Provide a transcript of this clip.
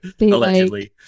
Allegedly